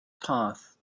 path